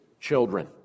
children